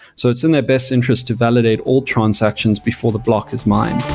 so it's in their best interest to validate all transactions before the block is mined